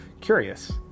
curious